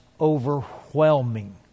overwhelming